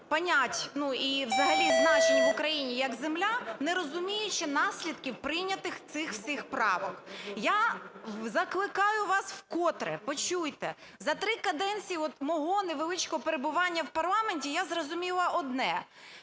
значень в Україні, як земля, не розуміючи наслідки прийнятих цих всіх правок. Я закликаю вас вкотре, почуйте. За три каденції мого невеличкого перебування в парламенті я зрозуміла одне: